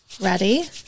ready